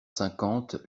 cinquante